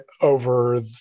over